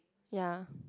ya